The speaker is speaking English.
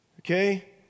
okay